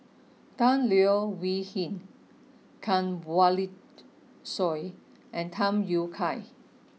Tan Leo Wee Hin Kanwaljit Soin and Tham Yui Kai